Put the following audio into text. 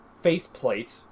faceplate